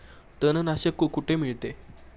तणनाशक कुठे मिळते?